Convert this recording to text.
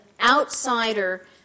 outsider